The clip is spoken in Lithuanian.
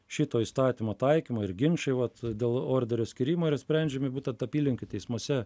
šito įstatymo taikymo ir ginčai vat dėl orderio skyrimo yra sprendžiami būtent apylinkių teismuose